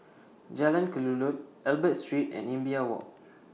Jalan Kelulut Albert Street and Imbiah Walk